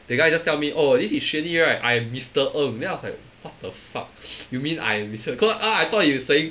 the guy just tell me oh this is xuan yi right I am mister ng then I was like what the fuck you mean I am mister ng I I thought he was saying